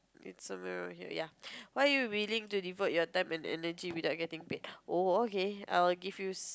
it's somewhere around here ya what are you wiling to devote your time and energy without getting paid oh okay I'll give you